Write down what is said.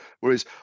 whereas